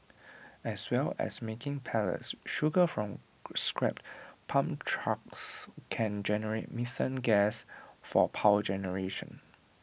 as well as making pellets sugar from scrapped palm trunks can generate methane gas for power generation